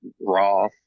raw